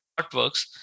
Artworks